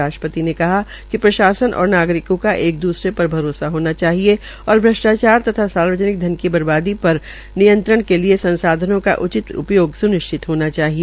राष्ट्रपति ने कहा कि प्रशासन और नागरिकों को एक दूसरे पर भरोसा होना चाहिए और भ्रष्टाचार तथा सार्वजनिक धन की बर्बादी पर नियंत्रण के लिए संसाधनों का उचित उपयोग सुनिश्चित होना चाहिए